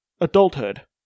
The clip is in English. adulthood